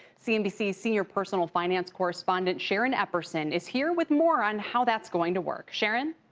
cnbc's senior personal finance correspondent sharon epperson is here with more on how that's going to work. sharon